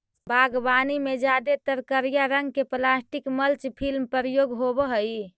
बागवानी में जादेतर करिया रंग के प्लास्टिक मल्च फिल्म प्रयोग होवऽ हई